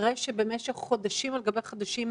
אחרי שבמשך חודשים על גבי חודשים,